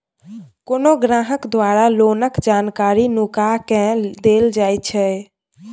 कोनो ग्राहक द्वारा लोनक जानकारी नुका केँ देल जाएत छै